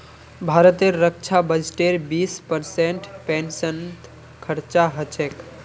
भारतेर रक्षा बजटेर बीस परसेंट पेंशनत खरचा ह छेक